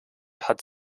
hat